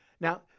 Now